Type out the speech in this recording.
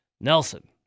Nelson